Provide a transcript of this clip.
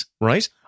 right